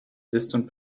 distant